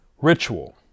ritual